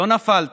לא נפלתם.